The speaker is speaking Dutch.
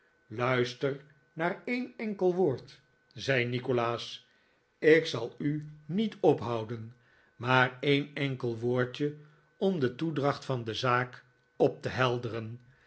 luister naar een enkel woord zei nikolaas ik zal u niet ophouden maar een enkel woordje om de toedracht van de zaak veranderingen bij juffrouw nickleby op te helderen